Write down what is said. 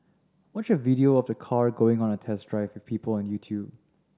watch a video of the car going on a test drive with people on YouTube